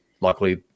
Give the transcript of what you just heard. luckily